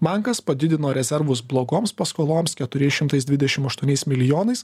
bankas padidino rezervus blogoms paskoloms keturiais šimtais dvidešim aštuoniais milijonais